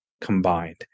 combined